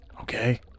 okay